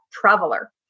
traveler